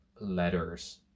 letters